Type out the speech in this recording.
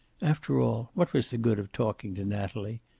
after all, what was the good of talking to natalie.